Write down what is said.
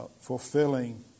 fulfilling